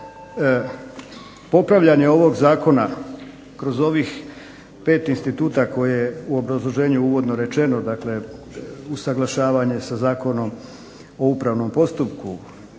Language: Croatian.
Dakle, popravljanje ovog zakona kroz ovih 5 instituta koje je u obrazloženju uvodno rečeno, dakle usaglašavanje sa Zakonom o upravnom postupku,